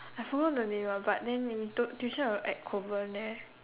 I forgot the name ah but then when we took tuition was at Kovan there